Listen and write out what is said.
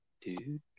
dude